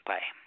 Bye